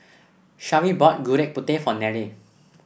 Sharee bought Gudeg Putih for Nelle